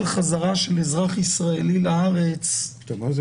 חזרה של אזרח ישראלי לארץ --- אתה אומר את זה